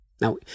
Now